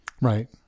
Right